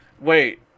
wait